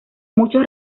muchos